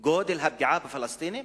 גודל הפגיעה בפלסטינים?